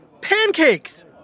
pancakes